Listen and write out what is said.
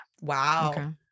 Wow